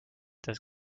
das